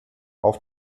auf